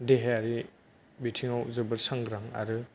देहायारि बिथिङाव जोबोर सांग्रां आरो